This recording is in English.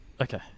Okay